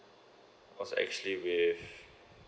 was actually with